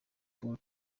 paul